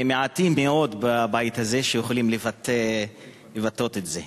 מעטים מאוד בבית הזה שיכולים לבטא את זה.